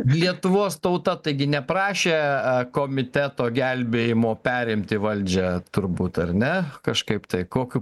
lietuvos tauta taigi neprašė komiteto gelbėjimo perimti valdžią turbūt ar ne kažkaip tai kokiu